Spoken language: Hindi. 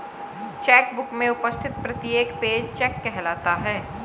चेक बुक में उपस्थित प्रत्येक पेज चेक कहलाता है